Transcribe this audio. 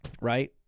right